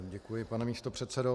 Děkuji, pane místopředsedo.